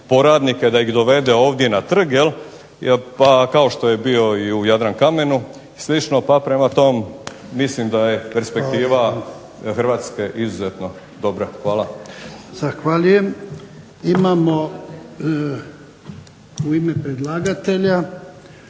da ih dovede ovdje na Trg, kao što je bio i u Jadran kamenu i slično pa mislim da je perspektiva Hrvatske izuzetno dobra. Hvala. **Jarnjak, Ivan (HDZ)** Zahvaljujem.